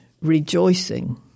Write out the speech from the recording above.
rejoicing